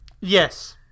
yes